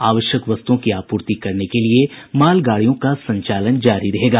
आवश्यक वस्तुओं की आपूर्ति करने के लिए मालगाड़ियों का संचालन जारी रहेगा